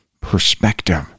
perspective